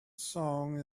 song